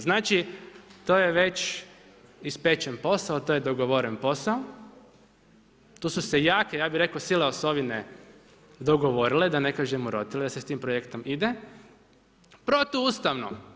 Znači, to je već ispečen posao, to je dogovoren posao, tu su se jake, ja bih rekao, sile osovine dogovorile, da ne kažem urotile, da se s tim projektom ide protuustavno.